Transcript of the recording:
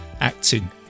acting